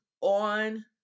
on